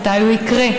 מתי הוא יקרה,